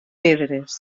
pedres